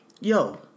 Yo